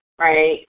right